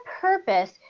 purpose